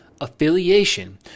affiliation